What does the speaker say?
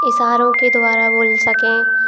इशारों के द्वारा बोल सकें